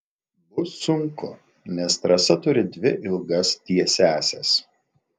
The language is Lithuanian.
bus sunku nes trasa turi dvi ilgas tiesiąsias